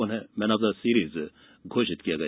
उन्हें man of the series घोषित किया गया